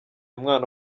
umwana